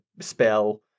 spell